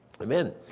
Amen